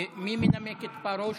מי מנמק את פרוש?